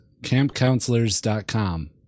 Campcounselors.com